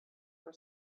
for